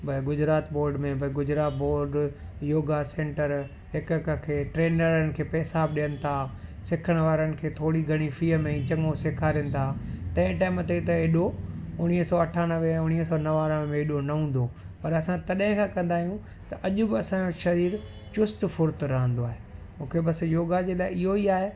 भई गुजरात बोर्ड में भई गुजरात बोर्ड योगा सेंटर हिक हिक खे ट्रेनरनि खे पैसा बि ॾियनि था सिखण वारन खे थोरी घणी फ़ीअ में ई चङो सेखारीनि था तंहिं टाइम ते त एॾो उणवीह सौ अठानवे उणवीह सौ नवानवें में एॾो न हूंदो पर असां तॾहिं खां कंदा आहियूं त अॼु बि असांजो शरीर चुस्तु फ़ुर्तु रहंदो आहे मूंखे बस योगा जे लाइ इहो ई आहे